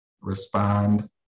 respond